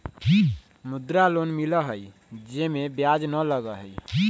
मुद्रा लोन मिलहई जे में ब्याज न लगहई?